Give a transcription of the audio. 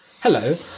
Hello